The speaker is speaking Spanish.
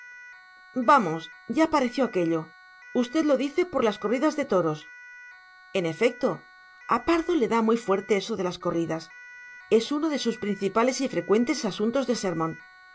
vamos ya pareció aquello usted lo dice por las corridas de toros en efecto a pardo le da muy fuerte eso de las corridas es uno de sus principales y frecuentes asuntos de sermón